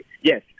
Yes